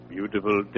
Beautiful